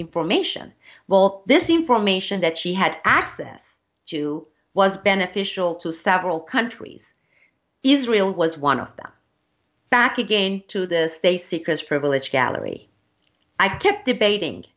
information while this information that she had access to was beneficial to several countries israel was one of them back again to this they secrets privilege gallery i kept debating